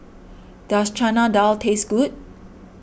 does Chana Dal taste good